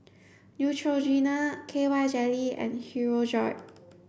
Neutrogena K Y jelly and Hirudoid